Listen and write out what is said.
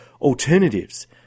alternatives